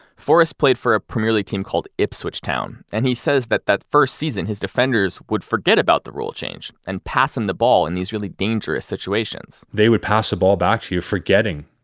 forrest played for a premier league team called ipswich town, and he says that, that first season, his defenders would forget about the rule change and pass him the ball in these really dangerous situations they would pass a ball back to you forgetting,